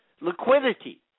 Liquidity